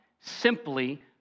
simply